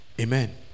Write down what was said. Amen